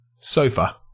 Sofa